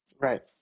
Right